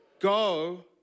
go